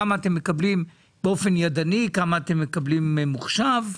כמה אתם מקבלים באופן ידני וכמה אתם מקבלים ממוחשב.